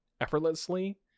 effortlessly